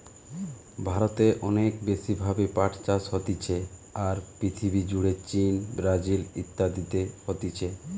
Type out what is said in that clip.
ভারতে অনেক বেশি ভাবে পাট চাষ হতিছে, আর পৃথিবী জুড়ে চীন, ব্রাজিল ইত্যাদিতে হতিছে